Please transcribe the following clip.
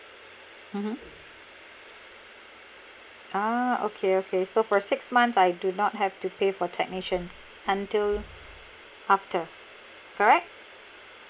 mmhmm ah okay okay so for six months I do not have to pay for technicians until after correct